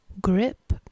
grip